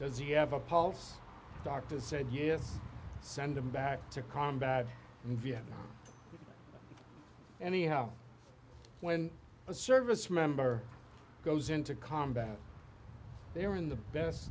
does he have a pulse doctors said yes send him back to combat in vietnam anyhow when a service member goes into combat they are in the best